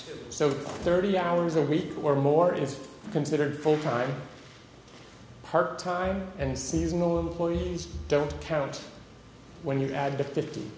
thirty so thirty hours a week or more is considered full time part time and seasonal employees don't count when you add the fifty